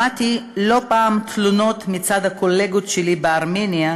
שמעתי לא פעם תלונות מצד הקולגות שלי בארמניה